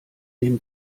dem